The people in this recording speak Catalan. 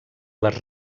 les